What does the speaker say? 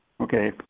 Okay